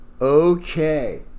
Okay